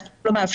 החוק לא מאפשר,